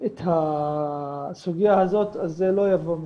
את הסוגיה הזאת, אז זה לא יבוא משם,